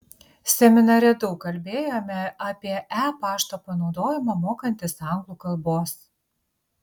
seminare daug kalbėjome apie e pašto panaudojimą mokantis anglų kalbos